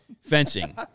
Fencing